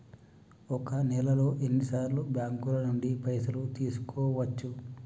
ఒక నెలలో ఎన్ని సార్లు బ్యాంకుల నుండి పైసలు తీసుకోవచ్చు?